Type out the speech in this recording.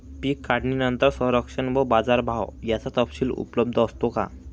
पीक काढणीनंतर संरक्षण व बाजारभाव याचा तपशील उपलब्ध असतो का?